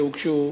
שהוגשו,